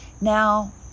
Now